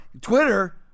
Twitter